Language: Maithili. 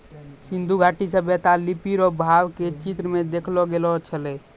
सिन्धु घाटी सभ्यता लिपी रो भाव के चित्र मे देखैलो गेलो छलै